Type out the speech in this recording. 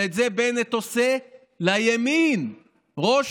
ואת זה בנט עושה לימין, ראש